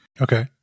Okay